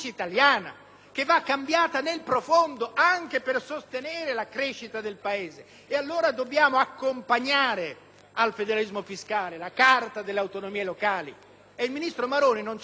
che va cambiata nel profondo anche per sostenere la crescita del Paese. Dobbiamo allora accompagnare al federalismo fiscale la Carta delle autonomie locali. A tal proposito, il ministro Maroni non ci ha convinto